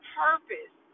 purpose